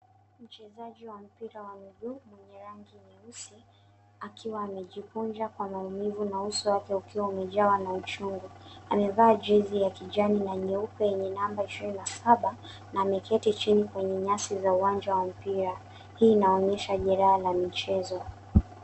Mchezaji wa mpira wa mguu, mwenye rangi nyeusi, akiwa amejikunja kwa maumivu na uso wake ukiwa umejawa na uchungu. Amevaa jersey ya kijani na nyeupe yenye namba ishirini na saba, na ameketi chini kwenye nyasi za uwanja wa mpira. Hii inaonyesha jeraha la michezo.